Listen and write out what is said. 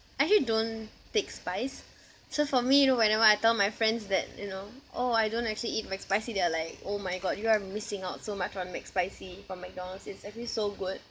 I actually don't take spice so for me you know whenever I tell my friends that you know oh I don't actually eat mcspicy they are like oh my god you are missing out so much from mcspicy from Mcdonald's it's actually so good